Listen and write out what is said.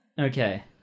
Okay